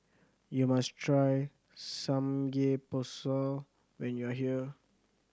you must try Samgyeopsal when you are here